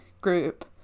group